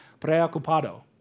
Preocupado